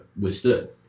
withstood